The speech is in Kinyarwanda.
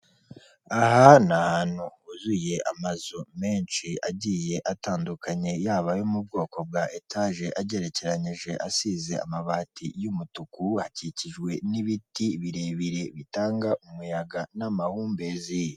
Aha ni ahantu huzuye amazu menshi agiye atandukanye, yaba ayo mu bwoko bwa etage ageranyije asize amabati y'umutuku, akikijwe n'ibiti birebire bitanga umuyaga n'amahumbezi.